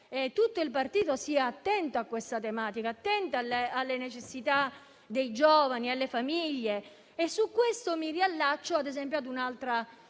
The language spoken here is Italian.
tutto il partito siano attenti a questa tematica, attenti alle necessità dei giovani e alle famiglie. Su questo mi ricollego a un'altra